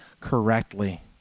correctly